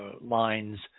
lines